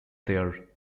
their